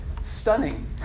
stunning